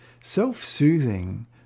Self-soothing